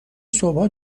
صبحها